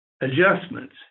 adjustments